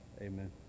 Amen